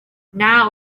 now